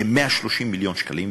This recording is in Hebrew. כ-130 מיליון שקלים.